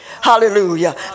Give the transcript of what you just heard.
Hallelujah